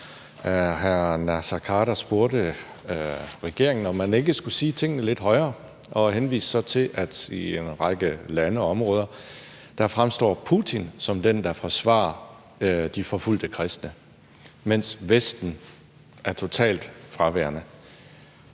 om man ikke fra regeringens side skulle sige tingene lidt højere, og henviste så til, at i en række lande og områder fremstår Putin som den, der forsvarer de forfulgte kristne, mens Vesten er totalt fraværende.